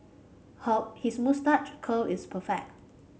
he his moustache curl is perfect